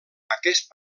aquest